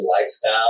lifestyle